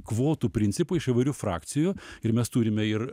kvotų principu iš įvairių frakcijų ir mes turime ir